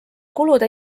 kulude